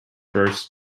burst